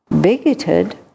bigoted